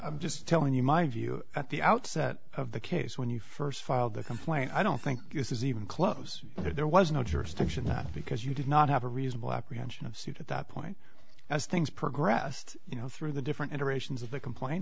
i'm just telling you my view at the outset of the case when you first filed the complaint i don't think this is even close that there was no jurisdiction that because you did not have a reasonable apprehension of suit at that point as things progressed you know through the different iterations of the complaint